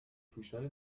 پوشان